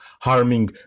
harming